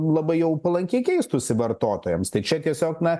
labai jau palankiai keistųsi vartotojams tai čia tiesiog na